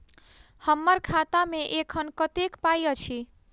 हम्मर खाता मे एखन कतेक पाई अछि?